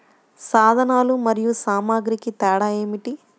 సాధనాలు మరియు సామాగ్రికి తేడా ఏమిటి?